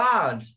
God